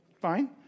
fine